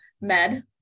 Med